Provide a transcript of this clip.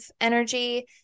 energy